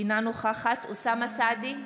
אינה נוכחת אוסאמה סעדי,